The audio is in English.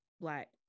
Black